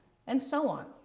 and so on.